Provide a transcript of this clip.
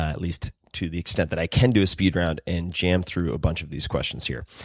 at least to the extent that i can do a speed round and jam through a bunch of these questions here.